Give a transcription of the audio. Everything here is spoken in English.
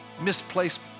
misplaced